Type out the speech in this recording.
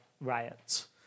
riots